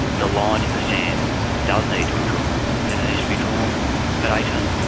the line in the sand does need to be drawn and it needs to be drawn at eighteen.